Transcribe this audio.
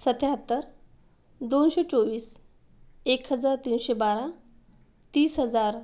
सत्त्याहत्तर दोनशे चोवीस एक हजार तीनशे बारा तीस हजार